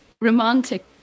romantic